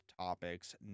topics